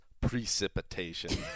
Precipitation